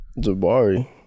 Jabari